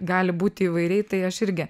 gali būti įvairiai tai aš irgi